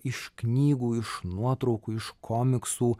iš knygų iš nuotraukų iš komiksų